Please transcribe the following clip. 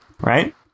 Right